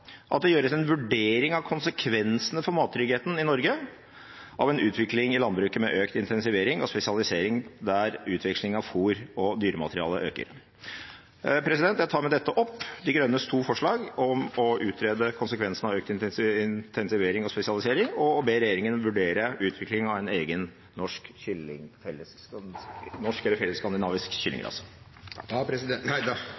at det gjøres en vurdering av konsekvensene for mattryggheten i Norge av en utvikling i landbruket med økt intensivering og spesialisering der utveksling av fôr og dyremateriale øker. Jeg tar med dette opp De Grønnes to forslag: om å utrede konsekvensene av økt intensivering og spesialisering og om å be regjeringen vurdere utviklingen av en egen norsk